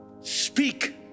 Speak